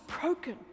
broken